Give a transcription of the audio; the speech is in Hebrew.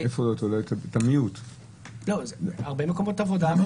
הרבה מקומות עבודה.